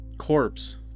corpse